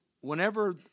whenever